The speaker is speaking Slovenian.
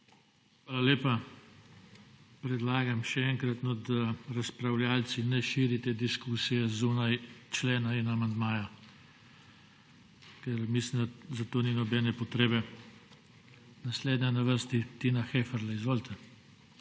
Hvala lepa. Predlagam še enkrat, da razpravljavci ne širite diskusije zunaj člena in amandmaja, ker mislim, da za to ni nobene potrebe. Naslednja je na vrsti Tina Heferle. Izvolite.